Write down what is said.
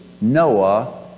Noah